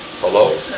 Hello